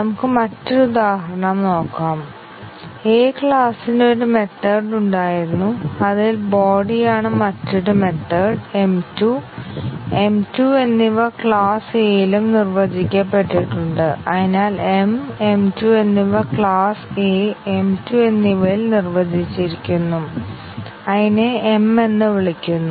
നമുക്ക് മറ്റൊരു ഉദാഹരണം നോക്കാം A ക്ലാസ്സിന് ഒരു മെത്തേഡ് ഉണ്ടായിരുന്നു അതിൽ ബോഡി ആണ് മറ്റൊരു മെത്തേഡ് m 2 m 2 എന്നിവ ക്ലാസ്സ് Aയിലും നിർവചിക്കപ്പെട്ടിട്ടുണ്ട് അതിനാൽ m m 2 എന്നിവ ക്ലാസ്സ് A m 2 എന്നിവയിൽ നിർവചിച്ചിരിക്കുന്നു അതിനെ m എന്ന് വിളിക്കുന്നു